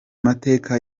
mateka